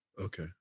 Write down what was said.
Okay